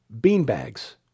beanbags